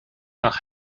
nach